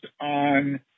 on